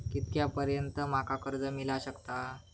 कितक्या पर्यंत माका कर्ज मिला शकता?